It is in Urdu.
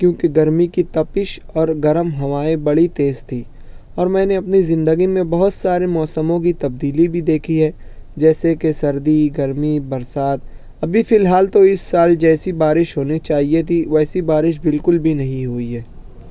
کیونکہ گرمی کی تپش اور گرم ہوائی بڑی تیز تھیں اور میں نے اپنی زندگی میں بہت سارے موسموں کی تبدیلی بھی دیکھی ہے جیسے کہ سردی گرمی برسات ابھی فی الحال تو اس سال جیسی بارش ہونی چاہیے تھی ویسی بارش بالکل بھی نہیں ہوئی ہے